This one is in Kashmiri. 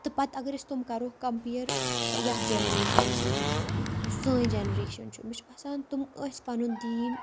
تہٕ پَتہٕ اگر أسۍ تِم کَرو کَمپٕیَر یَتھ جَنریشَن سۭتۍ یُس سٲنۍ جَنریشَن چھُ مےٚ چھِ باسان تِم ٲسۍ پَنُن دیٖن